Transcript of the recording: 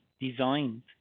designed